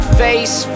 face